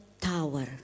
tower